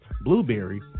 blueberry